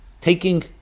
taking